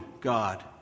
God